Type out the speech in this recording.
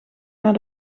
naar